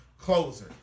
closer